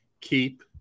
keep